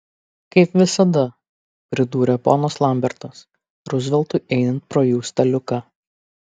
kaip visada pridūrė ponas lambertas ruzveltui einant pro jų staliuką